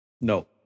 No